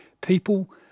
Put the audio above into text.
People